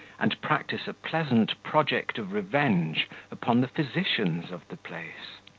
and practise a pleasant project of revenge upon the physicians of the place.